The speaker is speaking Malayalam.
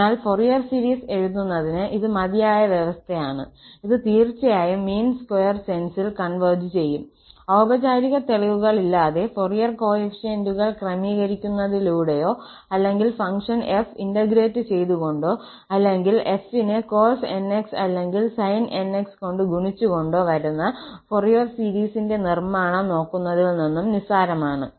അതിനാൽ ഫൊറിയർ സീരീസ് എഴുതുന്നതിന് ഇത് മതിയായ വ്യവസ്ഥയാണ് ഇത് തീർച്ചയായും മീൻ സ്ക്വയർ സെൻസിൽ കോൺവെർജ് ചെയ്യും ഔപചാരിക തെളിവുകളില്ലാതെ ഫൊറിയർ കോഎഫിഷ്യന്റുകൾ ക്രമീകരിക്കുന്നതിലൂടെയോ അല്ലെങ്കിൽ ഫംഗ്ഷൻ 𝑓 ഇന്റഗ്രേറ്റ് ചെയ്തുകൊണ്ടോ അല്ലെങ്കിൽ 𝑓 നെ cos 𝑛𝑥 അല്ലെങ്കിൽ sin 𝑛𝑥 കൊണ്ട് ഗുണിച്ചുകൊണ്ടോ വരുന്ന ഫൊറിയർ സീരീസിന്റെ നിർമ്മാണം നോക്കുന്നതിൽ നിന്നും നിസ്സാരമാണ്